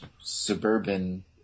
suburban